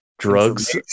Drugs